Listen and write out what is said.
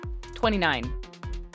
29